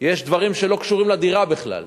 יש דברים שלא קשורים לדירה בכלל: